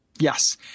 Yes